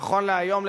נכון להיום,